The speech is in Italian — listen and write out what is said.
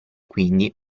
quindi